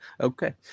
Okay